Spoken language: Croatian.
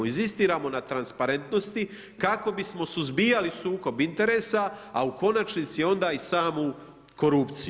Inzistiramo na transparentnosti kako bismo suzbijali sukob interesa, a u konačnici onda i samu korupciju.